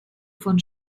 von